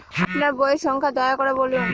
আপনার বইয়ের সংখ্যা দয়া করে বলুন?